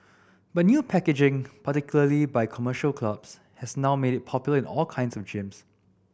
but new packaging particularly by commercial clubs has now made it popular in all kinds of gyms